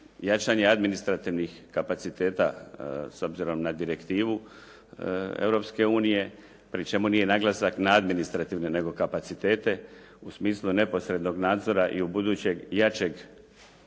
jačanje administrativnih kapaciteta s obzirom na direktivu Europske unije, pri čemu nije naglasak na administrativne nego kapacitete u smislu neposrednog nadzora i u budućeg jačeg